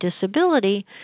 disability